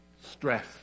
stress